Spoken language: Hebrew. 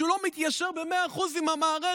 שהוא לא מתיישר במאה אחוז עם המערכת,